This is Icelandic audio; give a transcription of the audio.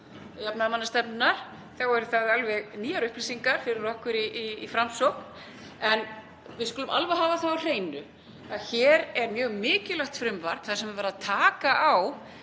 jafnaðarmannastefnunnar þá eru það alveg nýjar upplýsingar fyrir okkur í Framsókn. En við skulum alveg hafa það á hreinu að hér er mjög mikilvægt frumvarp þar sem er verið að taka á